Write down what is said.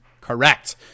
Correct